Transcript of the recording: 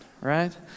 right